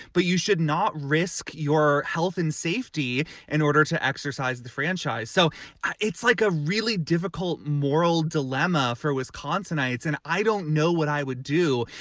but you should not risk your health and safety in order to exercise the franchise. so it's like a really difficult moral dilemma for wisconsinites. and i don't know what i would do,